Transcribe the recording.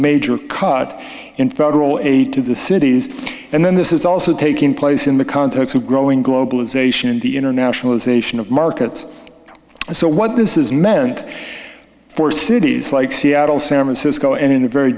major cut in federal aid to the cities and then this is also taking place in the context of growing globalization in the internationalization of markets so what this is meant for cities like seattle san francisco and in a very